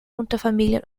unterfamilien